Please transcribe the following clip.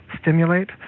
stimulate